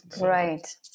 right